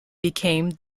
became